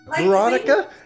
Veronica